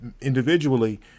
individually